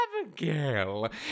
Abigail